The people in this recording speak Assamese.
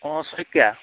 অঁ শইকীয়া